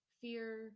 fear